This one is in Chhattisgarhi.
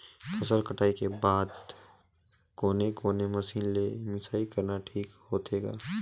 फसल कटाई के बाद कोने कोने मशीन ले मिसाई करना ठीक होथे ग?